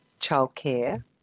childcare